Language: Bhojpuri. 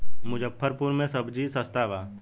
मुजफ्फरपुर में सबजी सस्ता बा